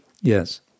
yes